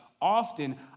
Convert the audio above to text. often